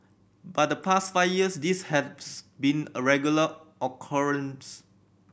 but the past five years this had been a regular occurrence